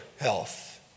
health